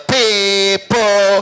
people